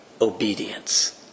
obedience